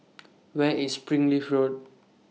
Where IS Springleaf Road